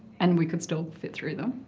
and we could still fit through them.